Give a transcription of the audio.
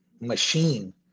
machine